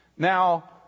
Now